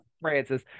francis